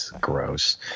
gross